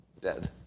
dead